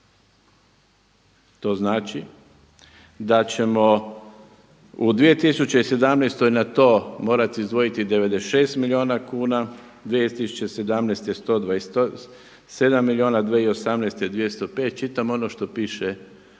To znači da ćemo u 2017. na to morati izdvojiti 96 milijuna kuna, 2017. 127, 2018. 205. Čitam ono što piše u